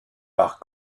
par